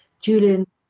Julian